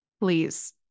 Please